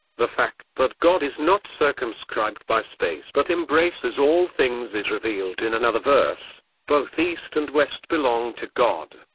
the fact that god is not circumscribed by space but embraces all things is revealed in another verse both east and west belong to god,